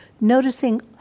noticing